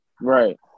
right